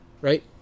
Right